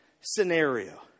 scenario